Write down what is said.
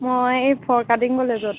মই এই ফৰকাটিং কলেজত